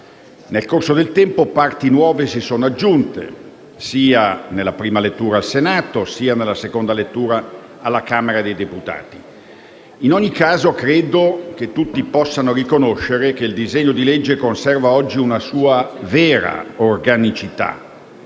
Nel corso del tempo parti nuove si sono aggiunte sia nella prima lettura al Senato che alla Camera dei deputati. In ogni caso credo che tutti possano riconoscere che il disegno di legge conserva oggi una sua vera organicità,